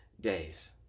days